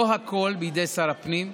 לא הכול בידי שר הפנים,